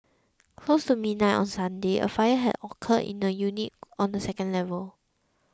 close to midnight on Sunday a fire had occurred in a unit on the second level